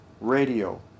Radio